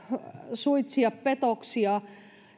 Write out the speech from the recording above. suitsia petoksia